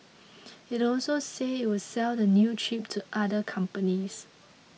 it also said it would sell the new chip to other companies